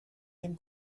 dem